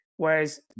Whereas